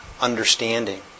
understanding